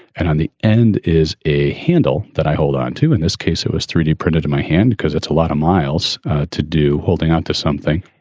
and on the end is a handle that i hold on to. in this case, it was three d printed in my hand because it's a lot of miles to do holding onto something.